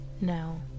Now